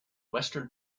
western